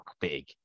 big